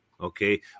Okay